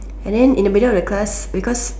and then in the middle of the class because